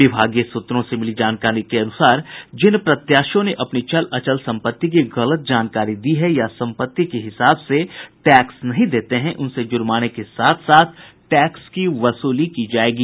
विभागीय सूत्रों से मिली जानकारी के अनुसार जिन प्रत्याशियों ने अपनी चल अचल सम्पत्ति की गलत जानकारी दी है या सम्पत्ति के हिसाब से टैक्स नहीं देते हैं उनसे जुर्माने के साथ टैक्स की वसूली की जायेगी